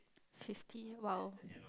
fifty !wow!